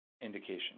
indication